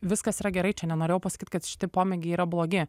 viskas yra gerai čia nenorėjau pasakyt kad šiti pomėgiai yra blogi